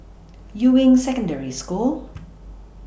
Yuying Secondary School